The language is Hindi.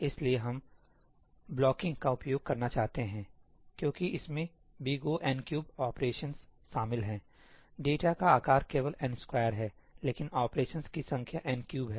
इसलिए हम ब्लॉकिंग का उपयोग करना चाहते हैं सही क्योंकि इसमें O ऑपरेशनस शामिल हैं डेटाका आकार केवल n2 है लेकिन ऑपरेशनस की संख्या n3 है